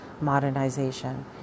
modernization